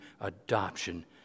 adoption